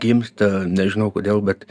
gimsta nežinau kodėl bet